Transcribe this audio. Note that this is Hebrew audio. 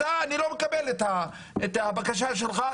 אני לא מקבל את הבקשה שלך,